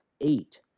eight